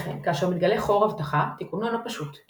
לכן – כאשר מתגלה "חור אבטחה" – תיקונו אינו פשוט כי